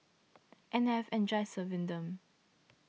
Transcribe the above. and I've enjoyed serving them